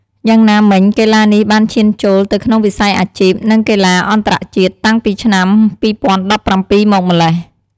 យ៉ាងណាមិញ កីឡានេះបានឈានចូលទៅក្នុងវិស័យអាជីព និងកីឡាអន្តរជាតិតាំងពីឆ្នាំ ២០១៧ មកម្លេះ។